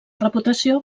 reputació